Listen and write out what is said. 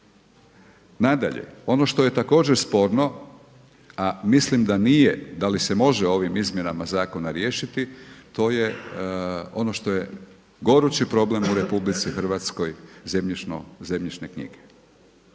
Nadalje, ono što je također sporno a mislim da nije, da li se može ovim izmjenama zakona riješiti to je ono što je gorući problemu RH zemljišne knjige,